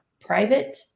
private